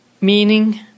meaning